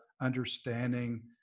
understanding